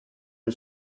and